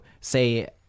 say